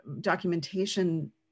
documentation